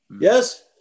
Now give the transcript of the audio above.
yes